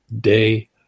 day